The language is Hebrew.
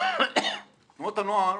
תנועות הנוער